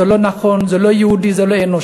זה לא נכון, זה לא יהודי, זה לא אנושי.